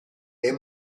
est